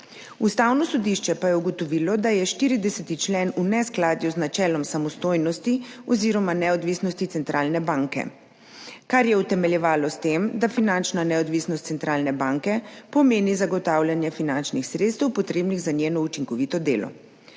Ustavno sodišče pa je ugotovilo, da je 40. člen v neskladju z načelom samostojnosti oziroma neodvisnosti centralne banke, kar je utemeljevalo s tem, da finančna neodvisnost centralne banke pomeni zagotavljanje finančnih sredstev, potrebnih za njeno učinkovito delo.